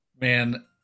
Man